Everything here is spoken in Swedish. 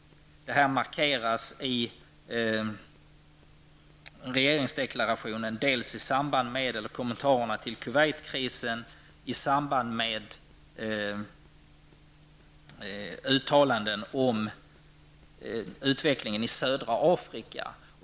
Det har markerats i regeringsdeklarationen dels i samband med kommentarerna till Kuwaitkrisen, dels i samband med uttalanden om utvecklingen i Sydafrika.